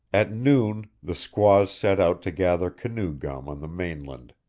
at noon the squaws set out to gather canoe gum on the mainland.